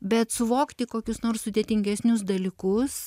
bet suvokti kokius nors sudėtingesnius dalykus